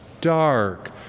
dark